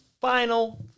final